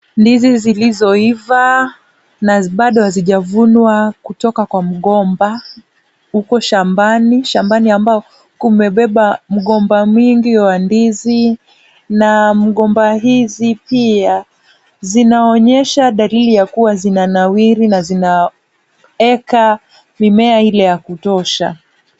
Ndizi zilizoiva na bado hazijavunwa kutoka kwa mgomba uko shambani, shambani ambao kumebeba mgomba mwingi wa ndizi na mgomba hizi pia zinaonyesha dalili ya kuwa zinanawiri na zinaeka mimea ile ya kutosha.